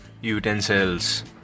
utensils